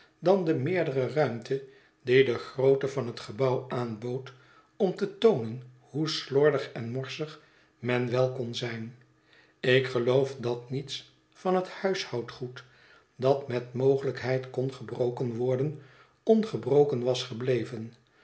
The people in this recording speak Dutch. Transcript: dan de meerdere ruimte die de grootte van het gebouw aanbood om te toonen hoe slordig en morsig men wel kon zijn ik geloof dat niets van het huishoudengoed dat met mogelijkheid kon gebroken worden ongebroken was gebleven